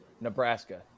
Nebraska